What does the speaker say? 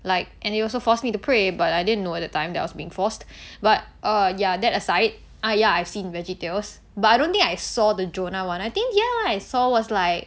like and it also forced me to pray but I didn't know at that time that I was being forced but uh ya that aside uh ya I've seen veggietales but I don't think I saw the jonah one I think the other one I saw was like